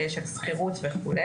של שכירות וכו'.